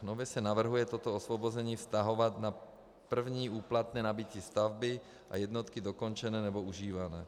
Nově se navrhuje toto osvobození vztahovat na první úplatné nabytí stavby a jednotky dokončené nebo užívané.